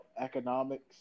economics